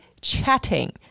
chatting